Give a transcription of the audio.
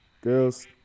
girls